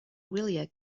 wyliau